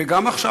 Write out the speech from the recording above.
וגם עכשיו,